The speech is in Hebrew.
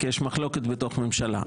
כי יש מחלוקת בתוך הממשלה.